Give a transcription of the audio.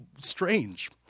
strange